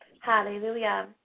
Hallelujah